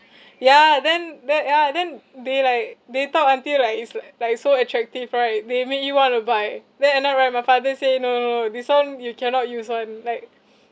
ya then then ya then they like they talk until like it's li~ like so attractive right they make you want to buy then and then right my father say no no no no this [one] you cannot use [one] like